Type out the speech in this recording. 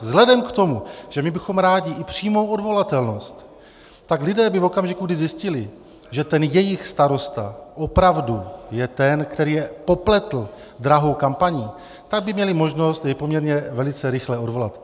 Vzhledem k tomu, že my bychom rádi i přímou odvolatelnost, tak lidé by v okamžiku, kdy zjistili, že ten jejich starosta opravdu je ten, který je popletl drahou kampaní, měli možnost jej poměrně velice rychle odvolat.